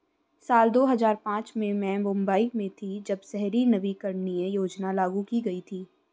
साल दो हज़ार पांच में मैं मुम्बई में थी, जब शहरी नवीकरणीय योजना लागू की गई थी